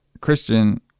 christian